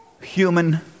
human